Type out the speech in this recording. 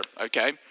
okay